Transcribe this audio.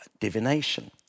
divination